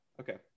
Okay